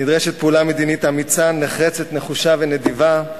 נדרשת פעולה מדינית אמיצה, נחרצת, נחושה ונדיבה,